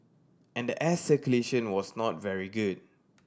and the air circulation was not very good